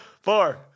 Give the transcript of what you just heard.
four